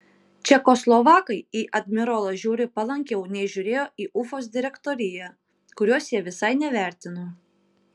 čekoslovakai į admirolą žiūri palankiau nei žiūrėjo į ufos direktoriją kurios jie visai nevertino